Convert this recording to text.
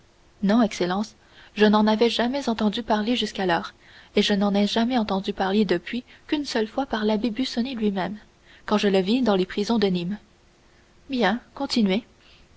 non excellence je n'en avais jamais entendu parler jusqu'alors et je n'en ai jamais entendu reparler depuis qu'une seule fois par l'abbé busoni lui-même quand je le vis dans les prisons de nîmes bien continuez